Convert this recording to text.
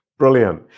Brilliant